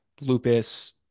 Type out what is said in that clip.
Lupus